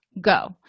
go